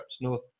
No